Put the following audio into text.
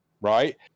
right